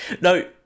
No